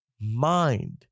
mind